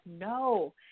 no